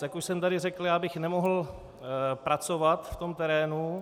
Jak už jsem tady řekl, já bych nemohl pracovat v terénu.